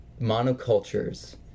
monocultures